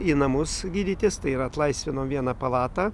į namus gydytis tai yra atlaisvinom vieną palatą